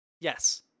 Yes